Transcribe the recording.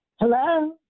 Hello